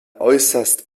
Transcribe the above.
äußerst